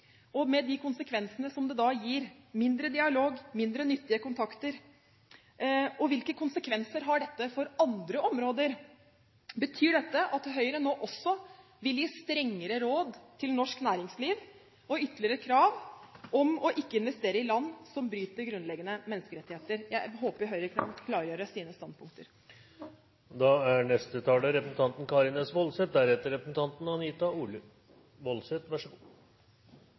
og med de konsekvensene som det da gir – mindre dialog, færre nyttige kontakter? Hvilke konsekvenser har dette for andre områder? Betyr dette at Høyre nå også vil gi strengere råd til norsk næringsliv og ytterligere krav om ikke å investere i land som bryter grunnleggende menneskerettigheter? Jeg håper Høyre kan klargjøre sine standpunkter. Det er